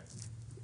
כן.